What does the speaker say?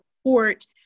support